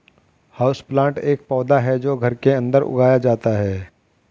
houseplant एक पौधा है जो घर के अंदर उगाया जाता है